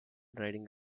riding